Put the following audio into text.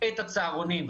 את הצהרונים,